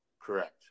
correct